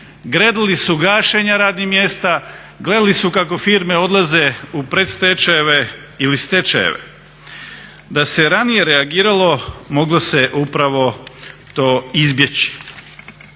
gledali su gašenja radnih mjesta, gledali su kako firme odlaze u predstečajeve ili stečajeve. Da se ranije reagiralo moglo se upravo to izbjeći,